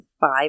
five